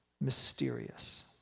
mysterious